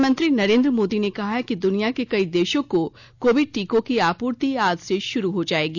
प्रधानमंत्री नरेन्द्र मोदी ने कहा है कि दुनिया के कई देशों को कोविड टीकों की आपूर्ति आज से शुरू हो जाएगी